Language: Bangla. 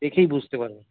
দেখেই বুঝতে পারবেন